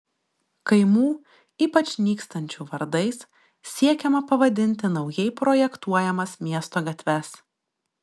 kaimų ypač nykstančių vardais siekiama pavadinti naujai projektuojamas miesto gatves